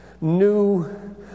new